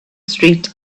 street